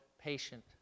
patient